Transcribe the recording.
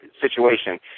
situation